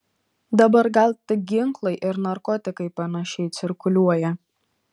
dabar gal tik ginklai ir narkotikai panašiai cirkuliuoja